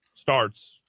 starts